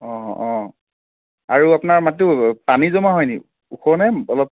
অঁ অঁ আৰু আপোনাৰ মাটিটোত পানী জমা হয়নি ওখনে অলপ